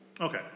Okay